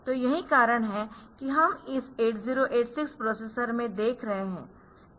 तो यही कारण है कि हम इस 8086 प्रोसेसर में देख रहे है